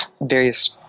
various